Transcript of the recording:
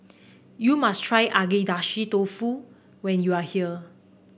you must try Agedashi Dofu when you are here